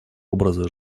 образа